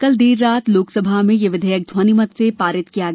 कल देर रात लोकसभा में यह विधेयक ध्वनिमत से पारित किया गया